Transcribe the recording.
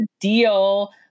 deal